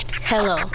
Hello